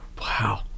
Wow